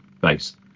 base